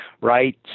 right